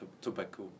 tobacco